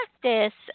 practice